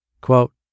Quote